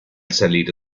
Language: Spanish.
salir